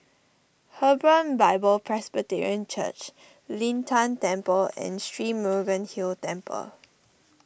Hebron Bible Presbyterian Church Lin Tan Temple and Sri Murugan Hill Temple